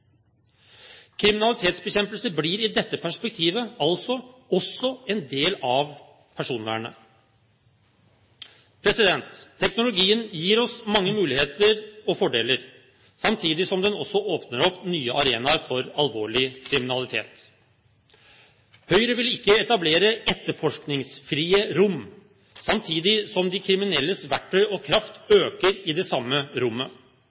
Kriminalitetsbekjempelse blir i dette perspektivet altså også en del av personvernet. Teknologien gir oss mange muligheter og fordeler, samtidig som den også åpner opp nye arenaer for alvorlig kriminalitet. Høyre vil ikke etablere etterforskningsfrie rom, samtidig som de kriminelles verktøy og kraft øker i det samme rommet.